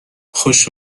خوش